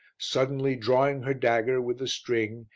suddenly drawing her dagger with the string,